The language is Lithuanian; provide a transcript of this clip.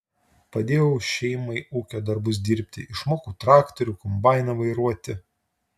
padėjau šeimai ūkio darbus dirbti išmokau traktorių kombainą vairuoti